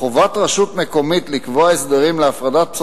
מטרת תיקון זה היא להביא לכך שההסדרים שיקבעו